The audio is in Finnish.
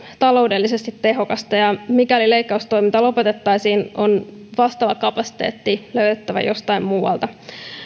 taloudellisesti tehokasta ja mikäli leikkaustoiminta lopetettaisiin on vastaava kapasiteetti löydettävä jostain muualta